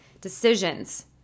decisions